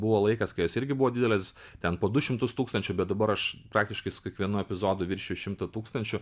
buvo laikas kai jos irgi buvo didelės ten po du šimtus tūkstančių bet dabar aš praktiškai su kiekvienu epizodu viršiju šimtą tūkstančių